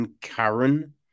Karen